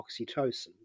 oxytocin